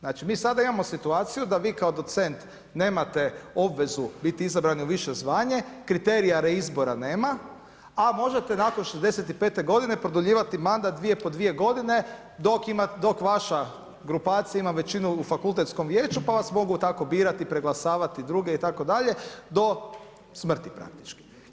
Znači mi sada imamo situaciju da vi kao docent nemate obvezu biti izabrani u više zvanje, kriterija reizbora nema a možete nakon 65 godine produljivati mandat 2 po 2 godine dok vaša grupacija ima većinu u fakultetskom vijeću pa vas mogu tako birati, preglasavati druge itd. do smrti praktički.